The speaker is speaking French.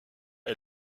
est